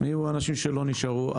מי יהיו האנשים שלא נשארו.